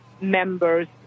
members